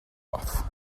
off